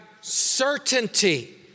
certainty